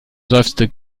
seufzt